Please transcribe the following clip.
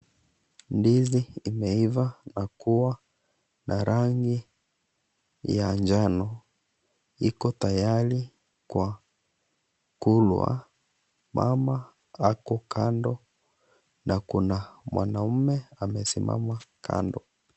Ndizi imeiva na kuwa na rangi ya njano iko tayari kwa kulwa. Mama ako kando na kuna mwanaume amesimama kando.